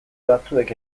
batzuek